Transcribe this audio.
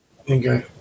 Okay